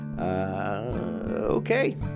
Okay